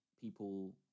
people